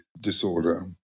disorder